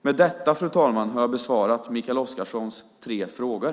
Med detta, fru talman, har jag besvarat Mikael Oscarssons tre frågor.